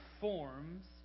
forms